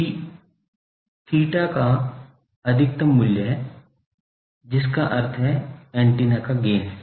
G G theta का अधिकतम मूल्य है जिसका अर्थ है एंटीना का गैन